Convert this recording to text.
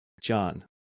john